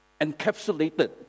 encapsulated